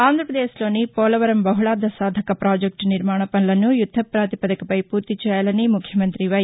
ఆంధ్రప్రదేశ్లోని పోలవరం బహుళార్ద సాధక ప్రాజెక్య నిర్మాణ పనులను యుద్దపాతిపదికపై పూర్తి చేయాలని ముఖ్యమంత్రి వై